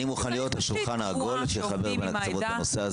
אני מוכן להיות השולחן העגול שיחבר את הקצוות בנושא.